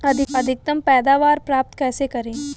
अधिकतम पैदावार प्राप्त कैसे करें?